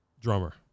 drummer